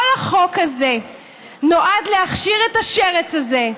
כל החוק הזה נועד להכשיר את השרץ הזה.